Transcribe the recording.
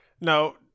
No